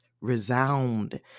resound